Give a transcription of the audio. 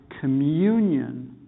communion